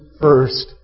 first